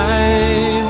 Time